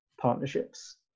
partnerships